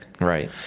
Right